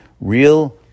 real